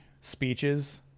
speeches